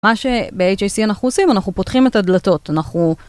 מה שב-HIC אנחנו עושים, אנחנו פותחים את הדלתות, אנחנו...